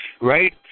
right